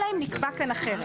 אלא אם נקבע אחרת.